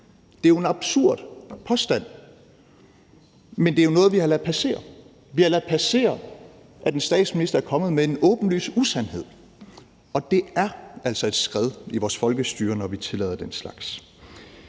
Det er jo en absurd påstand, men det er noget, vi har ladet passere. Vi har ladet passere, at en statsminister er kommet med en åbenlys usandhed, og det er altså et skred i vores folkestyre, når vi tillader den slags.